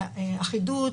אחידות,